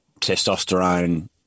testosterone